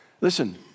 Listen